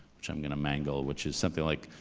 which i'm gonna mangle, which is something like,